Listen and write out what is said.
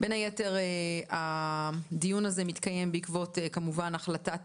בין היתר הדיון הזה מתקיים בעקבות כמובן החלטת